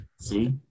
See